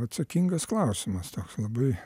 atsakingas klausimas toks labai